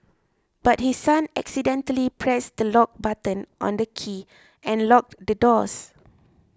but his son accidentally pressed the lock button on the key and locked the doors